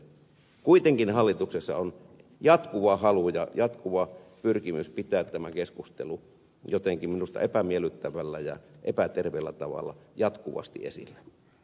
kuitenkin hallituksessa on jatkuva halu ja jatkuva pyrkimys pitää tämä keskustelu jotenkin minusta epämiellyttävällä ja epäterveellä tavalla esillä